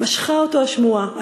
משכה אותו השמועה.